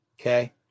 Okay